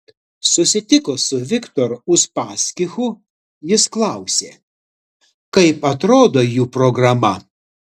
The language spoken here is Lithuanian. susitikus su viktoru uspaskichu jis klausė kaip atrodo jų programa